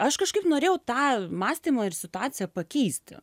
aš kažkaip norėjau tą mąstymą ir situaciją pakeisti